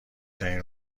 ترین